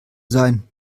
sein